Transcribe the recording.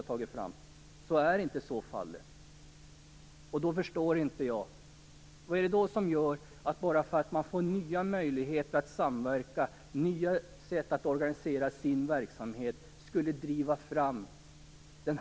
Vad är det som säger att kommunerna skulle driva fram sådan verksamhet i och med detta förslag, bara för att de får nya möjligheter att samverka och organisera verksamheten?